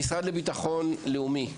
המשרד לביטחון לאומי.